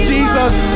Jesus